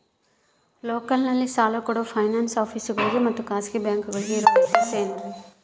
ಲೋಕಲ್ನಲ್ಲಿ ಸಾಲ ಕೊಡೋ ಫೈನಾನ್ಸ್ ಆಫೇಸುಗಳಿಗೆ ಮತ್ತಾ ಖಾಸಗಿ ಬ್ಯಾಂಕುಗಳಿಗೆ ಇರೋ ವ್ಯತ್ಯಾಸವೇನ್ರಿ?